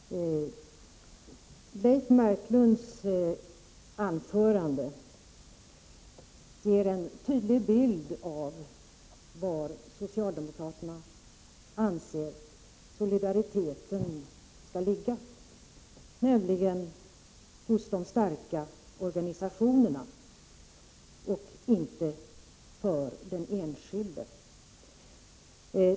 Herr talman! Leif Marklunds anförande ger en tydlig bild av var socialdemokraterna anser att solidariteten skall ligga, nämligen hos de starka organisationerna och inte hos den enskilde.